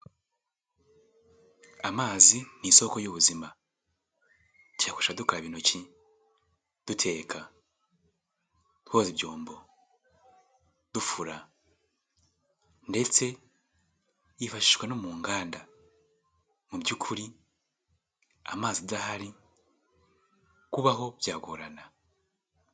Amazi ni isoko y'ubuzima. Tuyakoresha dukaraba intoki, duteka, twoza ibyombo, dufura. Ndetse yifashishwa no mu nganda. Mu by’ukuri amazi adahari kubaho byagorana.